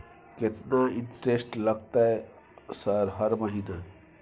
केतना इंटेरेस्ट लगतै सर हर महीना?